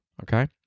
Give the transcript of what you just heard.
Okay